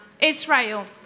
Israel